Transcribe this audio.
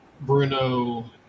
Bruno